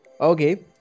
okay